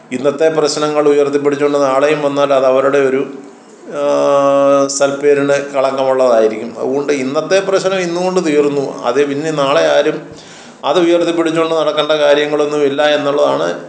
ഇന്നത്തെ പ്രശ്നങ്ങളുയർത്തി പിടിച്ചുകൊണ്ട് നാളെയും വന്നാൽ അത് അവരുടെ ഒരു സൽപ്പേരിനെ കളങ്കമുള്ളതായിരിക്കും അതുകൊണ്ട് ഇന്നത്തെ പ്രശ്നം ഇന്ന് കൊണ്ട് തീർന്നു അത് പിന്നെ നാളെ ആരും അതുയർത്തി പിടിച്ചുകൊണ്ട് നടക്കേണ്ട കാര്യങ്ങളൊന്നും ഇല്ല എന്നുള്ളതാണ്